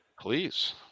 Please